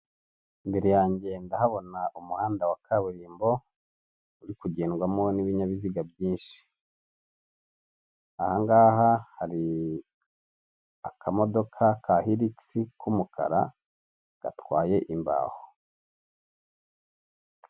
Imbere yanjye ndahabona umuhanda wa kaburimbo, uri kugendwamo n'ibinyabiziga byinshi. Aha ngaha hari akamodoka ka hiligisi k'umukara gatwaye imbaho.